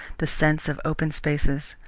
the sense of open spaces.